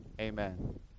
Amen